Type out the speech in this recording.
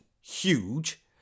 huge